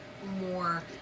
more